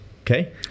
Okay